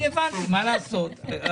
אני אומר